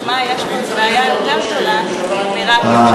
משמע יש פה איזו בעיה יותר גדולה מרק יום שבתון.